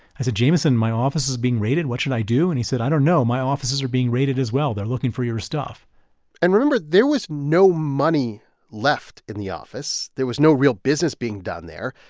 jamison, my office is being raided. what should i do? and he said, i don't know. my offices are being raided as well. they're looking for your stuff and remember, there was no money left in the office. there was no real business being done there.